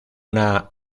una